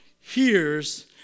hears